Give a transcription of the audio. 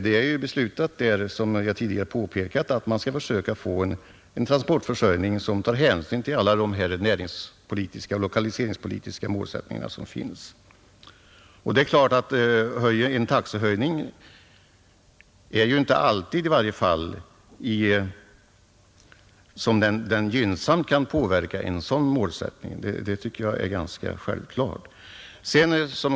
Det har ju beslutats, som jag tidigare har påpekat, att man skall försöka få en transportförsörjning som tar hänsyn till alla de näringspolitiska och lokaliseringspolitiska målsättningar som uppställts. Att en taxehöjning i varje fall inte alltid kan gynnsamt påverka en sådan målsättning, det tycker jag är ganska självklart.